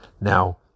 Now